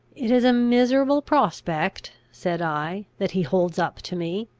it is a miserable prospect, said i, that he holds up to me.